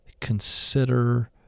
consider